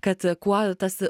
kad kuo tas